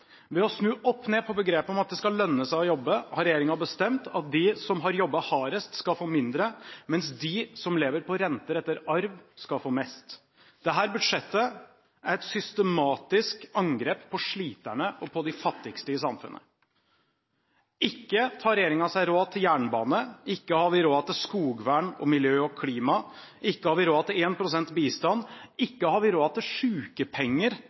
Ved å snu opp ned på begrepet om at det skal lønne seg å jobbe, har regjeringen bestemt at de som har jobbet hardest, skal få mindre, mens de som lever på renter etter arv, skal få mest. Dette budsjettet er et systematisk angrep på sliterne og på de fattigste i samfunnet. Ikke tar regjeringen seg råd til jernbane, ikke har vi råd til skogvern og miljø og klima, ikke har vi råd til 1 pst. bistand, ikke har vi råd til